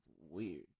weird